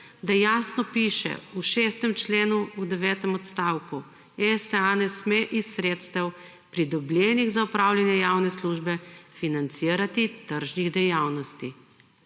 da jasno piše v 6. členu v devetem odstavku, STA ne sme iz sredstev pridobljenih za opravljanje javne službe financirati tržnih dejavnosti.